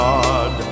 God